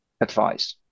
Advice